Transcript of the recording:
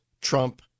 Trump